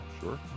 Sure